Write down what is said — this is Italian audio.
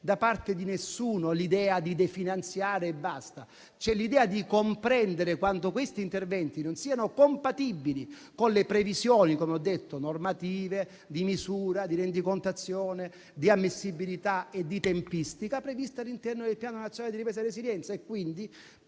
da parte di nessuno l'idea di definanziare tali progetti e basta; c'è l'idea di comprendere quanto questi interventi non siano compatibili con le previsioni normative, di misura, di rendicontazione, di ammissibilità e di tempistica previste all'interno del Piano nazionale di ripresa e resilienza. Quindi